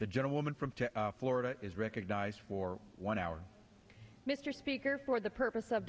the gentlewoman from florida is recognized for one hour mr speaker for the purpose of